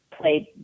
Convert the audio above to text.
played